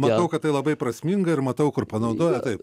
matau kad tai labai prasminga ir matau kur panaudoja taip